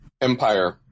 empire